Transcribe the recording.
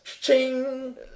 Ching